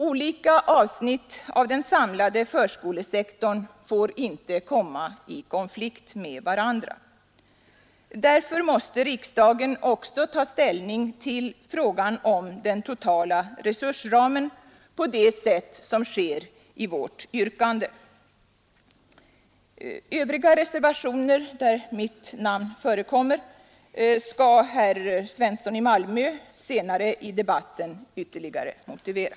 Olika avsnitt av den samlade förskolesektorn får inte komma i konflikt med varandra. Därför måste riksdagen också ta ställning till frågan om den totala resursramen på det sätt som sker i vårt yrkande. Övriga reservationer, där mitt namn förekommer, skall herr Svensson i Malmö senare i debatten ytterligare motivera.